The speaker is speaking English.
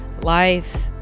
Life